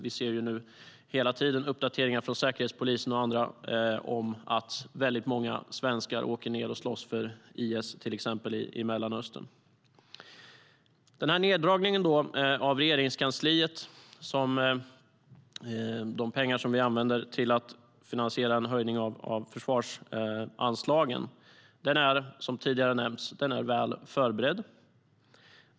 Vi ser nu hela tiden uppdateringar från säkerhetspolisen och andra om att väldigt många svenskar åker ned och slåss för till exempel IS i Mellanöstern.Neddragningen av Regeringskansliet, alltså de pengar som vi använder till att finansiera en höjning av försvarsanslagen, är som tidigare nämnts väl förberedd.